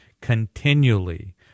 continually